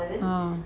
orh